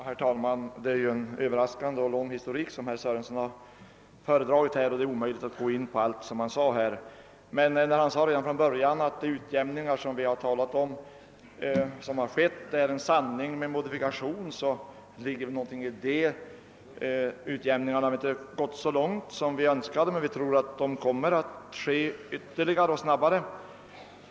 Herr talman! Det är en överraskande och lång historik som herr Sörenson föredragit, och det är omöjligt att gå in på allt som han sade. Herr Sörenson yttrade inledningsvis att det är en sanning med modifikation att alla de utjämningar skett som vi talat om, och det ligger väl någonting i det. Utjämningen har nog inte gått så långt som vi önskar, men vi tror att det kommer att ske ytterligare utjämningar i snabbare takt.